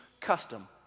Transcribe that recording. custom